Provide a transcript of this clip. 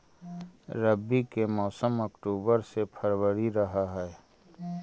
रब्बी के मौसम अक्टूबर से फ़रवरी रह हे